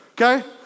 Okay